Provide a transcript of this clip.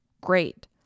Great